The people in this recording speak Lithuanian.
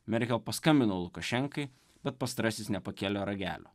merkel paskambino lukašenkai bet pastarasis nepakėlė ragelio